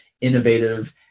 innovative